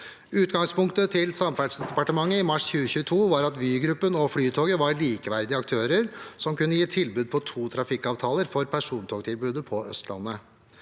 Utgangspunktet til Samferdselsdepartementet i mars 2022 var at Vygruppen og Flytoget var likeverdige aktører som kunne gi tilbud på to trafikkavtaler for persontogtilbudet på Østlandet.